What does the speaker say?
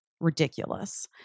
ridiculous